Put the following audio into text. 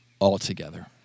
altogether